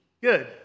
Good